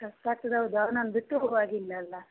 ಕಷ್ಟ ಆಗ್ತದೆ ಹೌದು ಅವ್ನನ್ನು ಬಿಟ್ಟು ಹೋಗುವಾಗಿಲ್ಲ ಅಲ್ವ